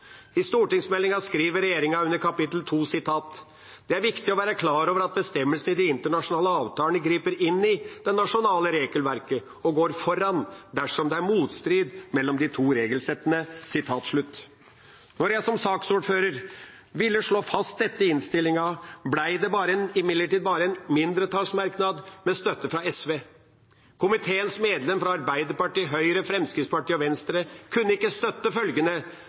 I stortingsmeldinga skriver regjeringa under kapittel 2: «Det er viktig å være klar over at bestemmelsene i de internasjonale avtalene griper inn i det nasjonale regelverket og går foran, dersom det er motstrid mellom de to regelsettene.» Da jeg som saksordfører ville slå fast dette i innstillinga, ble det imidlertid bare en mindretallsmerknad med støtte fra SV. Komiteens medlemmer fra Arbeiderpartiet, Høyre, Fremskrittspartiet og Venstre kunne ikke støtte følgende: